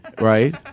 Right